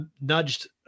Nudged